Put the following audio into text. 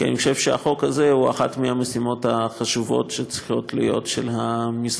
כי אני חושב שהחוק הזה הוא מהמשימות החשובות שצריכות להיות של המשרד